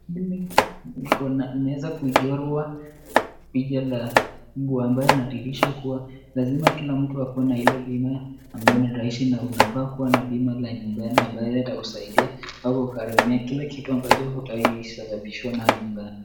Hili limeweza kuchorwa picha la mbwa ambayo inadhirisha kuwa lazima kila mtu akuwe na ile bima ambayo ni rahisi na unafaa kuwa na bima la nyumbani ambayo itakusaidia au kugharamia kila kitu ambacho utawai sababishwa nacho nyumbani.